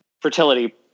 fertility